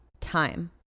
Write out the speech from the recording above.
time